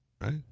right